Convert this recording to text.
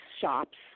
shops